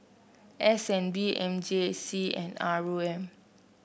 S N B M J C and R O M